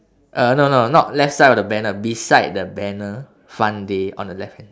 uh no no not left side of the banner beside the banner fun day on the left hand